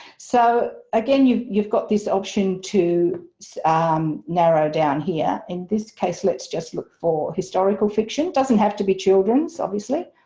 so again you've you've got this option too so um narrow down here, in this case let's just look for historical fiction, doesn't have to be children's obviously,